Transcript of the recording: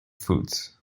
foods